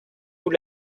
vous